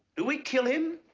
do we kill him?